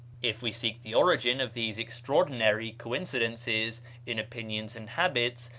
if we seek the origin of these extraordinary coincidences in opinions and habits,